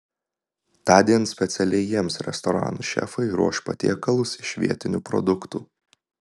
tądien specialiai jiems restoranų šefai ruoš patiekalus iš vietinių produktų